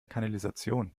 kanalisation